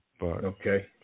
Okay